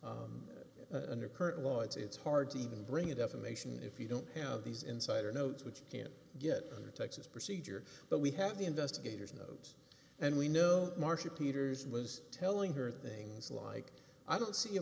thankful under current law it's hard to even bring it up a mason if you don't have these insider notes which you can't get under texas procedure but we have the investigators knows and we know marsha peters was telling her things like i don't see a